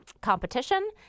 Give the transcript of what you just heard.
competition